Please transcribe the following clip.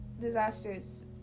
disasters